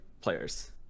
players